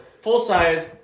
full-size